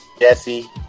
Jesse